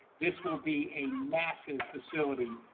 this will be a massive facility.